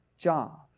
Job